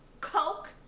Coke